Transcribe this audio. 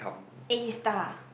A star